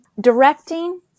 directing